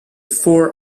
four